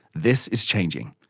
this is changing.